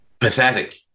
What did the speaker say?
Pathetic